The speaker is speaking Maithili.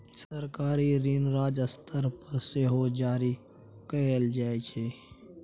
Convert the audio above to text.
सरकारी ऋण राज्य स्तर पर सेहो जारी कएल जाइ छै